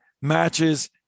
matches –